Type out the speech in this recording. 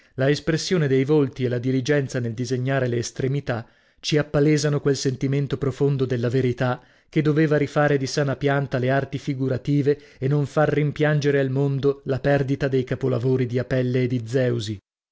la espressione dei volti e diligenza nel disegnare le estremità ci appalesano quel sentimento profondo della verità che doveva rifare di sana pianta le arti figurative e non far rimpiangere al mondo la perdita dei capolavori di apelle e di zeusi